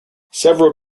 several